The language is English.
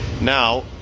Now